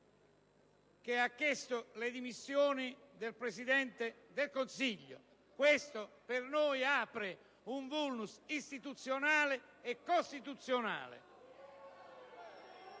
ha chiesto le dimissioni del Presidente del Consiglio. Questo per noi apre un *vulnus* istituzionale e costituzionale.